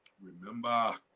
Remember